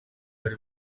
bari